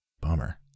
Bummer